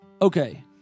Okay